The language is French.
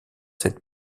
cette